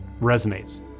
resonates